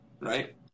Right